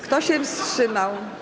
Kto się wstrzymał?